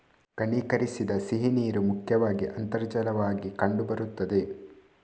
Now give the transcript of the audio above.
ಘನೀಕರಿಸದ ಸಿಹಿನೀರು ಮುಖ್ಯವಾಗಿ ಅಂತರ್ಜಲವಾಗಿ ಕಂಡು ಬರುತ್ತದೆ